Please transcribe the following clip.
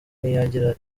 ntiyagira